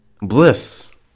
bliss